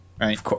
right